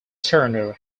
turner